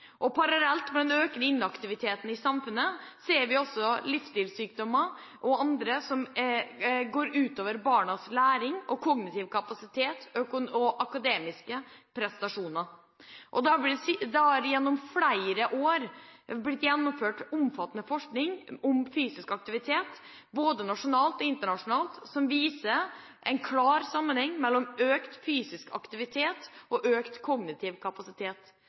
synkende. Parallelt med den økende inaktiviteten i samfunnet ser vi også livsstilssykdommer og annet som går ut over barnas læring, kognitive kapasitet og akademiske prestasjoner. Det har gjennom flere år blitt gjennomført omfattende forskning om fysisk aktivitet, både nasjonalt og internasjonalt, som viser en klar sammenheng mellom økt fysisk aktivitet og økt kognitiv kapasitet